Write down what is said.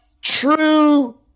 true